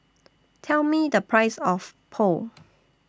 Tell Me The Price of Pho